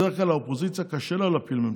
בדרך כלל האופוזיציה, קשה לה להפיל ממשלה.